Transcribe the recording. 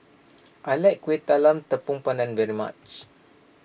I like Kueh Talam Tepong Pandan very much